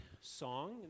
song